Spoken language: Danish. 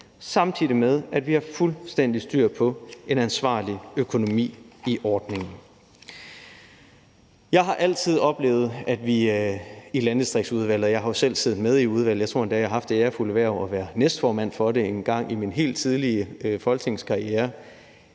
samtidig med at vi har fuldstændig styr på, at der er en ansvarlig økonomi i ordningen. Jeg har altid oplevet, at vi i Landdistriktsudvalget – jeg har jo selv siddet med i udvalget, og jeg tror endda, at jeg har haft det ærefulde hverv at være næstformand for det engang i min helt tidlige folketingskarriere